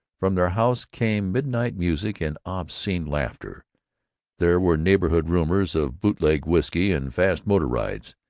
from their house came midnight music and obscene laughter there were neighborhood rumors of bootlegged whisky and fast motor rides.